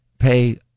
pay